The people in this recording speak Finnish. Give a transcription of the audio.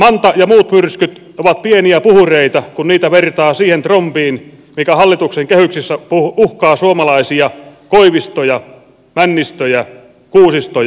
manta ja muut myrskyt ovat pieniä puhureita kun niitä vertaa siihen trombiin mikä hallituksen kehyksissä uhkaa suomalaisia koivistoja männistöjä kuusistoja ja hongistoja